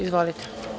Izvolite.